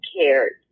cared